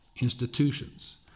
Institutions